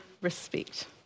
Respect